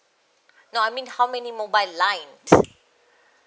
no I mean how many mobile line